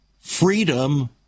Freedom